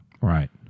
Right